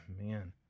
man